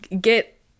get